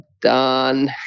done